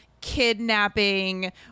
kidnapping